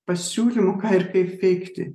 pasiūlymų ką ir kaip veikti